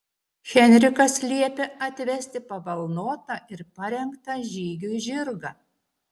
henrikas liepia atvesti pabalnotą ir parengtą žygiui žirgą